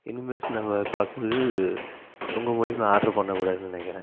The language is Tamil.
இனிமேட்டு நம்ம பார்க்கும்போது உங்கள் மூலிமா ஆர்டர் பண்ண கூடாதுன்னு நினைக்குறேன்